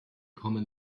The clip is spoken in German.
kommen